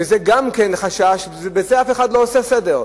שזה גם כן חשש, בזה אף אחד לא עושה סדר.